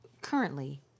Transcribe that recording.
currently